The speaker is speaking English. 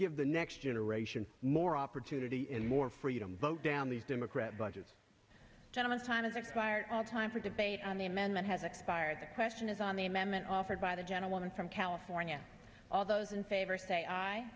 give the next generation more opportunity and more freedom vote down the democrat budget gentleman's time has expired time for debate on the amendment has expired the question is on the amendment offered by the gentleman from california all those in favor say